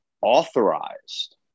authorized